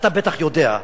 אתה בטח יודע.